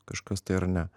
kažkas tai ar ne